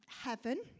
heaven